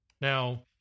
Now